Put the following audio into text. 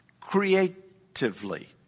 Creatively